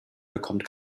bekommt